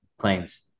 claims